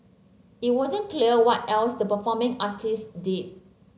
it wasn't clear what else the performing artists did